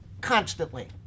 constantly